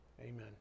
amen